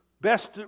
best